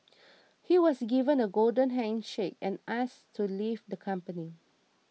he was given a golden handshake and asked to leave the company